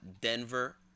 Denver